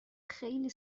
خیلی